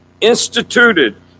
instituted